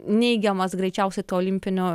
neigiamas greičiausiai tų olimpinių